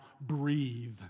breathe